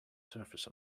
surface